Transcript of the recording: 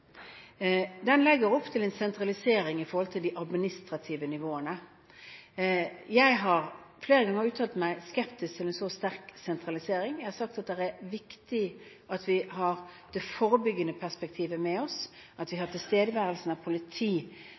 Den legger opp til en sentralisering av de administrative nivåene. Jeg har flere ganger uttalt meg skeptisk til en så sterk sentralisering. Jeg har sagt at det er viktig at vi har det forebyggende perspektivet med oss, at vi har tilstedeværelsen av politi,